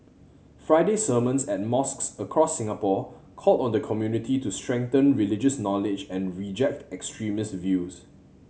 Friday sermons at mosques across Singapore called on the community to strengthen religious knowledge and reject extremist views